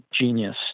genius